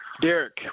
Derek